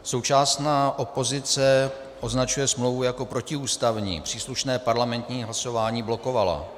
Současná opozice označuje smlouvu jako protiústavní, příslušné parlamentní hlasování blokovala.